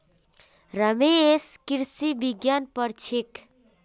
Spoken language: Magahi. रमेश कृषि विज्ञान पढ़ छेक